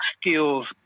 skills